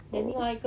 oh